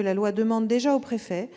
la loi demande déjà au préfet